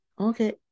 Okay